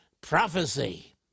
prophecy